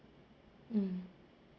mm